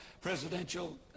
presidential